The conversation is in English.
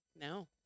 No